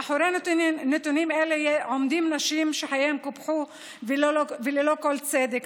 מאחורי נתונים אלו עומדות נשים שחייהן קופחו ללא כל צדק,